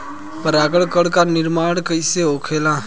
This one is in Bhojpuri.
पराग कण क निर्माण कइसे होखेला?